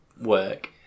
work